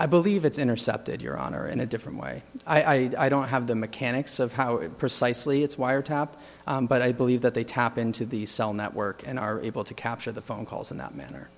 i believe it's intercepted your honor in a different way i don't have the mechanics of how it precisely it's wiretap but i believe that they tap into the cell network and are able to capture the phone calls in that manner